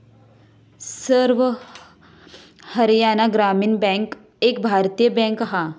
सर्व हरयाणा ग्रामीण बॅन्क एक भारतीय बॅन्क हा